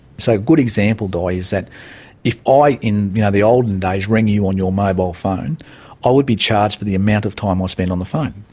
so a good example, di, is that if i, in you know the olden days, rang you on your mobile phone i would be charged for the amount of time i spent on the phone.